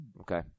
Okay